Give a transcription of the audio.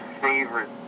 favorite